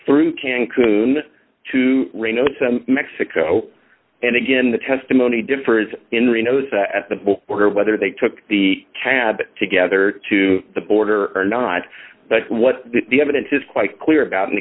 through can coon to reno some mexico and again the testimony differs in reno's at the boat where whether they took the cab together to the border or not but what the evidence is quite clear about and